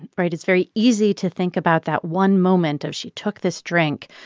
and right? it's very easy to think about that one moment of, she took this drink.